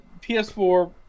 PS4